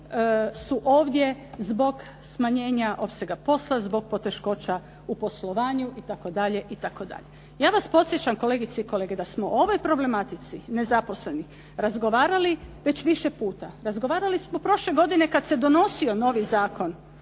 su ovdje zbog smanjenja opsega posla, zbog poteškoća u poslovanju itd., itd. Ja vas podsjećam kolegice i kolega da smo ovoj problematici nezaposlenih razgovarali već više puta. Razgovarali smo prošle godine kada se donosio novi Zakon